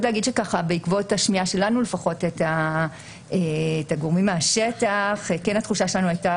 בעקבות השמיעה שלנו את הגורמים מהשטח התחושה שלנו היתה